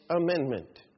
amendment